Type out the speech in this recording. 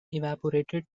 evaporated